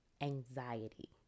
anxiety